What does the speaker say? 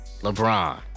LeBron